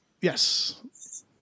Yes